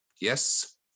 yes